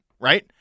right